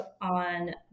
on